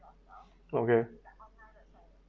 okay